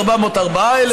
404,000 שקל,